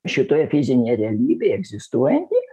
šitoje fizinėje realybėje egzistuojantį